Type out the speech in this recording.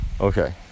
okay